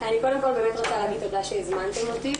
אני קודם כל באמת רוצה להגיד תודה שהזמנתם אותי.